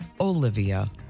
Olivia